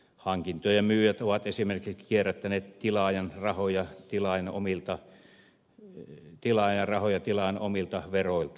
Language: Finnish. hankintojen myyjät ovat esimerkiksi kierrättäneet tilaajan rahoja tilaajan omilta veroilta